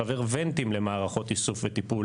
לחבר וונטים למערכות איסוף וטיפול,